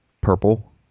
purple